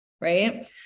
right